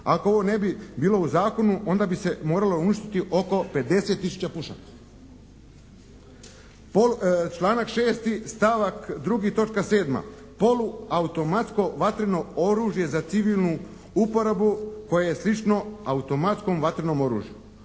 Ako ovo ne bi bilo u zakonu onda bi se moralo uništiti oko 50 tisuća pušaka. Članak 6., stavak 2. točka 7. Poluautomatsko vatreno oružje za civilnu uporabu koje je slično automatskom vatrenom oružju.